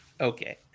Okay